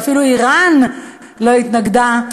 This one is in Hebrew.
ואפילו איראן לא התנגדה,